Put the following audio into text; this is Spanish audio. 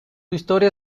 historia